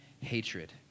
hatred